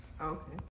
Okay